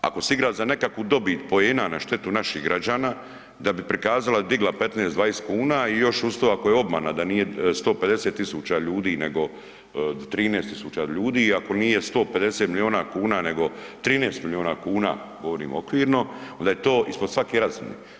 Ako se igra za nekakvu dobit poena na štetu naših građana da bi prikazala i digla 15, 20 kuna i još uz to ako je obmana da nije 150.000 ljudi nego 13.000 ljudi i ako nije 150 milijuna kuna nego 13 milijuna kuna, govorim okvirno, onda je to ispod svake razine.